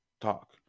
talk